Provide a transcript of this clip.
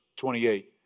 28